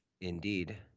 Indeed